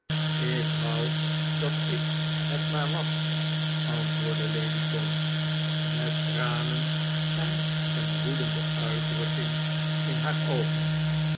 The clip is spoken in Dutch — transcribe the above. ik wou dat ik het maar was antwoordde lady gaunt met tranen en een woedende uitdrukking in haar oogen